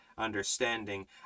understanding